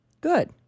Good